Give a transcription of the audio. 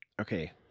Okay